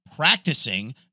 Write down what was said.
Practicing